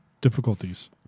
difficulties